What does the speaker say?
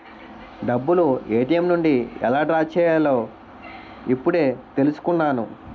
డబ్బులు ఏ.టి.ఎం నుండి ఎలా డ్రా చెయ్యాలో ఇప్పుడే తెలుసుకున్నాను